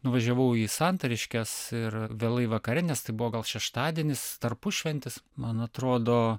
nuvažiavau į santariškes ir vėlai vakare nes tai buvo gal šeštadienis tarpušventis man atrodo